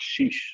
sheesh